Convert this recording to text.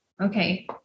okay